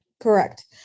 Correct